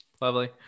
Lovely